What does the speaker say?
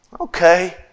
Okay